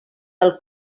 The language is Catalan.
del